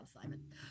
simon